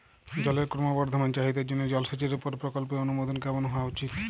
জলের ক্রমবর্ধমান চাহিদার জন্য জলসেচের উপর প্রকল্পের অনুমোদন কেমন হওয়া উচিৎ?